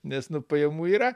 nes nu pajamų yra